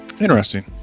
Interesting